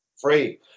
free